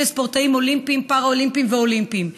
התקציב לספורטאים אולימפיים: פראלימפיים ואולימפיים.